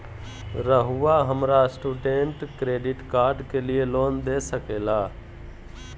रहुआ हमरा student credit card के लिए लोन दे सके ला?